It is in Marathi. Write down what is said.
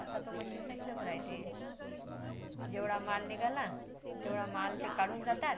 असा तो मशीनचा हिशोब राहातो जेवढा माल निघाला तेवढा माल ते काढून जातात